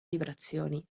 vibrazioni